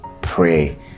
pray